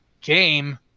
game